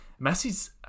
Messi's